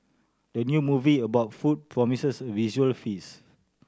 the new movie about food promises visual feast